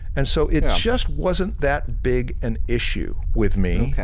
and so, it just wasn't that big an issue with me.